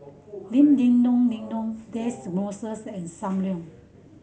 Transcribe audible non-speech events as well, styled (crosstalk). Lim Denon Denon (unintelligible) Moss and Sam Leong